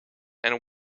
and